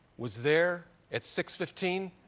was there at six fifteen.